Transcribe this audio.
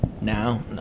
Now